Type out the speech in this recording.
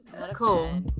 Cool